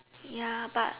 ya but